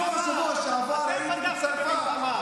בסוף השבוע שעבר הייתי בצרפת,